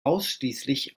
ausschließlich